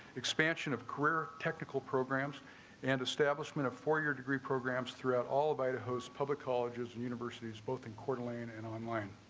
expansion of career technical programs and establishment of a four year degree programs throughout all of idaho's public colleges and universities, both in quarantine and online.